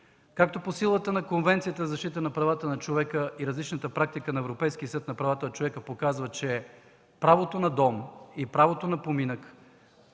Както по силата на Конвенцията за защита на правата на човека и различната практика на Европейския съд за правата на човека показва, че правото на дом и правото на поминък